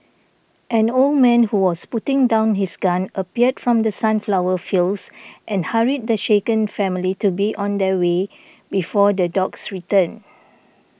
an old man who was putting down his gun appeared from the sunflower fields and hurried the shaken family to be on their way before the dogs return